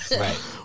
Right